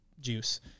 juice